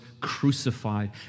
crucified